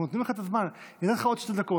אנחנו נותנים לך את הזמן, נתתי לך עוד שתי דקות.